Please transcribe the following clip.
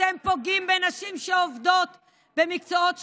אתם פוגעים בנשים שעובדות במקצועות שוחקים,